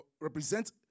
represent